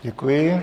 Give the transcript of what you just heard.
Děkuji.